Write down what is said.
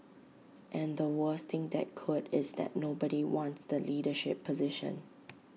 and the worst thing that could is that nobody wants the leadership position